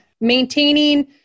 Maintaining